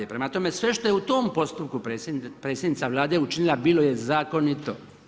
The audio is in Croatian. Prema tome, sve što je u tom postupku predsjednica Vlade učinila bilo je zakonito.